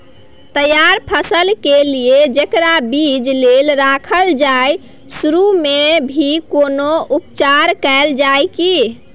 तैयार फसल के लिए जेकरा बीज लेल रखल जाय सुरू मे भी कोनो उपचार कैल जाय की?